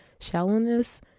shallowness